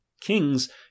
Kings